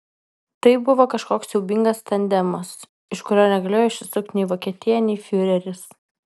tai buvo kažkoks siaubingas tandemas iš kurio negalėjo išsisukti nei vokietija nei fiureris